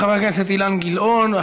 חבר הכנסת אילן גילאון,